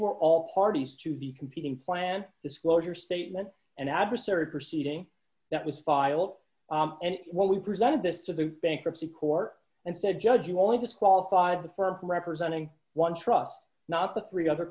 were all parties to the competing plan disclosure statement and adversarial proceeding that was filed and what we presented this to the bankruptcy court and said judge you only disqualified the firm representing one trusts not the three other